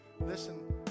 Listen